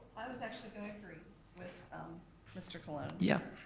i was actually gonna agree with mr. cologne. yep.